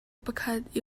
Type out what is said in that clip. pakhat